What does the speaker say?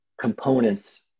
components